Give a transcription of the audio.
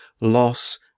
loss